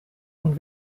und